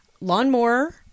lawnmower